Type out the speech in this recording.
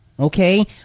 Okay